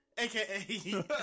Aka